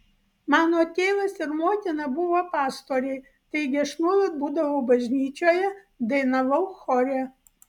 mano tėvas ir motina buvo pastoriai taigi aš nuolat būdavau bažnyčioje dainavau chore